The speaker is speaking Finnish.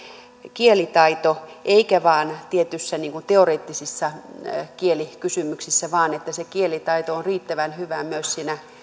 kielitaito eikä vain tietyissä teoreettisissa kielikysymyksissä vaan että se kielitaito on riittävän hyvää myös siinä